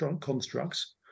constructs